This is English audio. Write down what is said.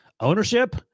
ownership